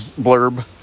blurb